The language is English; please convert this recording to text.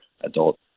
adult